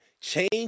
change